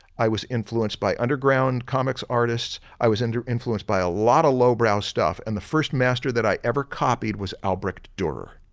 i was influenced by underground comics artists, i was influenced by a lot of lowbrow stuff and the first master that i ever copied was albrecht durer.